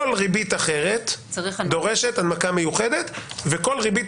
כל ריבית אחרת דורשת הנמקה מיוחדת וכל ריבית